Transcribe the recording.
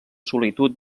solitud